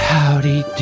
Howdy